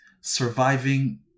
surviving